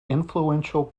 influential